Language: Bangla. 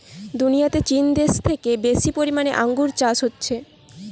দুনিয়াতে চীন দেশে থেকে বেশি পরিমাণে আঙ্গুর চাষ হচ্ছে